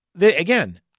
again